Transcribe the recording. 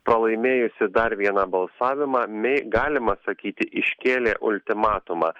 pralaimėjusi dar vieną balsavimą mei galima sakyti iškėlė ultimatumą